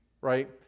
right